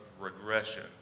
regression